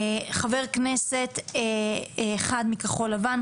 חבר כנסת אחד - מכחול לבן.